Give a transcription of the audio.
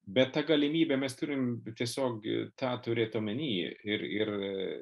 bet tą galimybę mes turim tiesiog tą turėt omeny ir ir